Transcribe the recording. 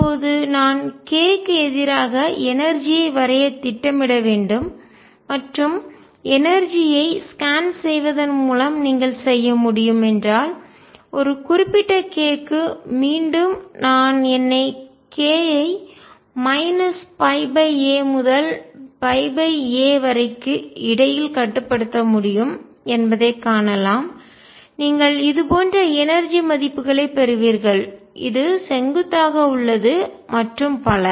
இப்போது நான் k க்கு எதிராக எனர்ஜி ஐ ஆற்றல் வரைய திட்டமிட வேண்டும் மற்றும் எனர்ஜி ஐ ஆற்றல் ஸ்கேன் செய்வதன் மூலம் நீங்கள் செய்ய முடியும் என்றால் ஒரு குறிப்பிட்ட k க்கு மீண்டும் நான் என்னை k ஐ a முதல் a வரைக்கு இடையில் கட்டுப்படுத்த முடியும் என்பதைக் காணலாம் நீங்கள் இது போன்ற எனர்ஜி ஆற்றல் மதிப்புகளைப் பெறுவீர்கள் இது செங்குத்தாக உள்ளது மற்றும் பல